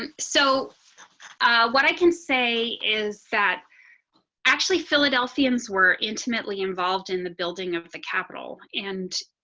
and so what i can say is that actually philadelphians were intimately involved in the building of the capital and